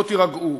לא תירגעו.